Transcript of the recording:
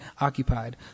occupied